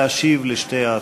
להשיב על שתי ההצעות.